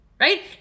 Right